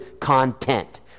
content